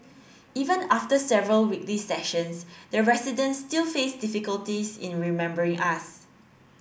even after several weekly sessions the residents still faced difficulties in remembering us